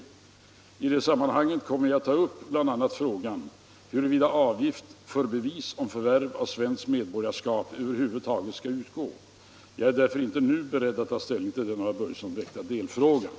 I det sammanhanget kommer jag att ta upp bl.a. frågan huruvida avgift för bevis om förvärv av svenskt medborgarskap över huvud skall utgå. Jag är därför inte nu beredd att ta ställning till den av herr Börjesson väckta delfrågan.